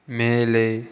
மேலே